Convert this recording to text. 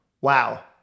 wow